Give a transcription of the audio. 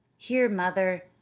here, mother,